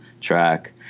track